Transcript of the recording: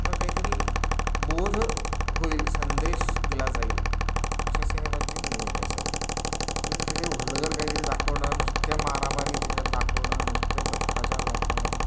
त्यांना काहीतरी बोध होईल संदेश दिला जाईल अशा सिनेमांची निर्मिती सर्व इथे काहीतरी हलगर काहीतरी दाखवणं नुसत्या मारामारी त्याच्यात दाखवणं नुसते भ्रष्टाचार दाखवणं